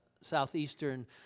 southeastern